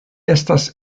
estas